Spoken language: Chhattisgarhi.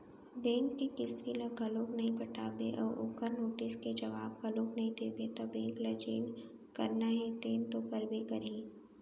बेंक के किस्ती ल घलोक नइ पटाबे अउ ओखर नोटिस के जवाब घलोक नइ देबे त बेंक ल जेन करना हे तेन तो करबे करही